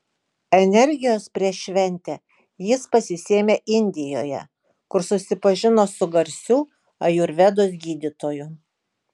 energijos prieš šventę jis pasisėmė indijoje kur susipažino su garsiu ajurvedos gydytoju